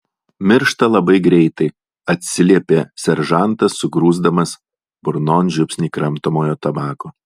miršta labai greitai atsiliepė seržantas sugrūsdamas burnon žiupsnį kramtomojo tabako